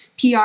PR